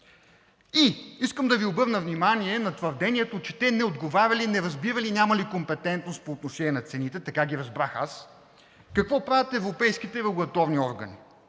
Искам да Ви обърна внимание на твърдението, че те не отговаряли, не разбирали, нямали компетентност по отношение на цените – така ги разбрах аз. Какво правят европейските регулаторни органи?